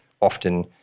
often